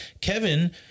Kevin